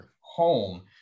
home